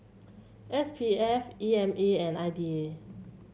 S P F E M A and I D A